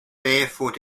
barefoot